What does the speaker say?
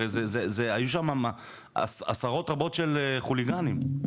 היו שם עשרות רבות של חוליגנים.